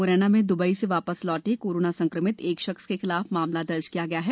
मुरैना में दुबई से वापस लौटे कोरोना संक्रमित एक सख्स के खिलाफ मामला दर्ज किया गया है